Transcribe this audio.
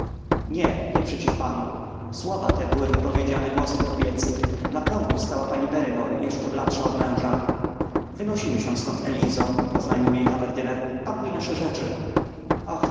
nie przeciw panu słowa te były wypowiedziane głosem kobiecym na progu stała pani barrymore jeszcze bledsza od męża wynosimy się stąd elizo oznajmił jej kamerdyner pakuj nasze rzeczy o